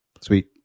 sweet